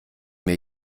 mir